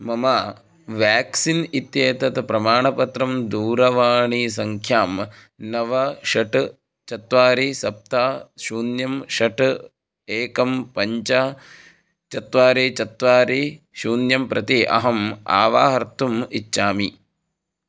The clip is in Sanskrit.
मम व्याक्सिन् इत्येतत् प्रमाणपत्रं दूरवाणीसङ्ख्यां नव षट् चत्वारि सप्त शून्यं षट् एकं पञ्च चत्वारि चत्वारि शून्यं प्रति अहम् आवाहर्तुम् इच्छामि